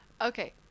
Okay